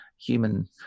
human